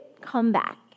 comeback